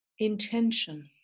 intention